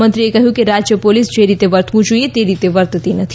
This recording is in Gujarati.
મંત્રીએ કહ્યું કે રાજ્ય પોલીસ જે રીતે વર્તવું જોઈએ તે રીતે વર્તતી નથી